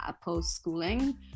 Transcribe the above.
post-schooling